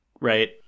right